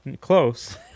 Close